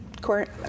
court